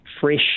fresh